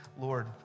Lord